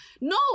no